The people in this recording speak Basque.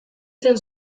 zen